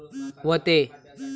व्हते